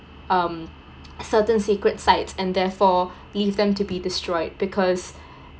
um certain sacred site and therefore leave them to be destroyed because